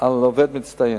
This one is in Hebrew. חלוקת פרסים לעובד מצטיין.